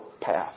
path